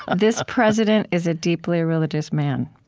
ah this president is a deeply religious man.